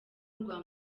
rwa